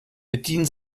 bedienen